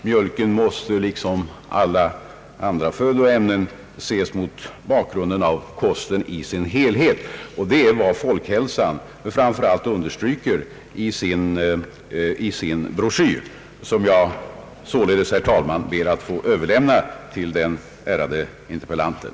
Mjölken måste liksom alla andra födoämnen be dömas mot bakgrunden av kosten som helhet, och det är vad Folkhälsan understryker i sin broschyr, som jag således, herr talman, ber att få överlämna till den ärade frågeställaren.